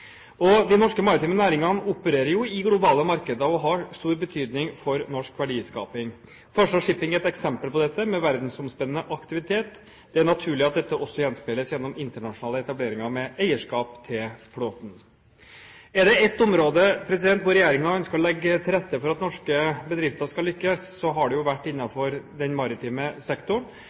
De norske maritime næringene opererer i globale markeder og har stor betydning for norsk verdiskaping. Farstad Shipping er et eksempel på dette, med verdensomspennende aktivitet. Det er naturlig at dette også gjenspeiles gjennom internasjonale etableringer med eierskap til flåten. Er det et område hvor regjeringen ønsker å legge til rette for at norske bedrifter skal lykkes, har det vært innenfor den maritime